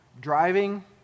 driving